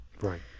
Right